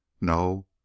No